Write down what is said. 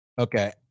Okay